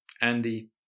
Andy